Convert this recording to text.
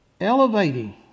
elevating